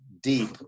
deep